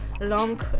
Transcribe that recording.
long